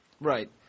Right